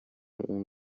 اون